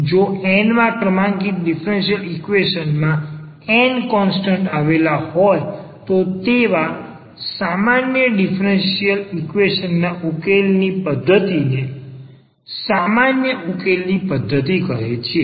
જો n માં ક્રમાંકિત ડીફરન્સીયલ ઈક્વેશન માં n કોન્સ્ટન્ટ આવેલ હોય તો તેવા સામાન્ય ડીફરન્સીયલ ઈક્વેશન ના ઉકેલ ની ટર્મ્ધતિને સામાન્ય ઉકેલ ની ટર્મ્ધતિ કહેવાય છે